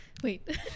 wait